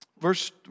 Verse